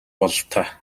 бололтой